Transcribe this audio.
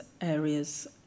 areas